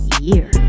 year